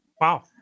Wow